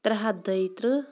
ترٛےٚ ہَتھ دۄیہِ ترٕٛہ